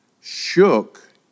shook